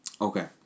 Okay